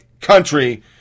country